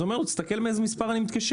אז הוא אומר לו תסתכל מאיזה מספר אני מתקשר.